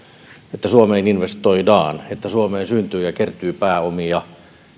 että suomeen investoidaan että suomeen syntyy ja kertyy pääomia